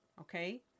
Okay